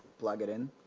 plug it in